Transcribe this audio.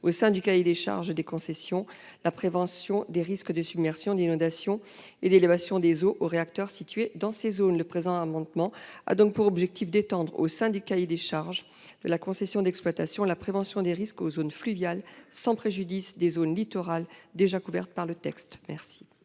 au sein du cahier des charges des concessions, la prévention des risques de submersion, inondation et des risques liés à l'élévation des eaux aux réacteurs situés dans ces zones. Cet amendement vise donc à étendre, au sein du cahier des charges de la concession d'exploitation, la prévention des risques aux zones fluviales, sans préjudice des zones littorales déjà couvertes par le projet de loi.